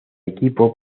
equipo